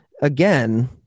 again